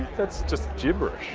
that's just gibberish.